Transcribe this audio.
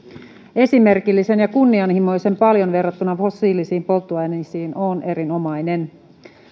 esimerkillisen ja kunnianhimoisen paljon verrattuna fossiilisiin polttoaineisiin on erinomainen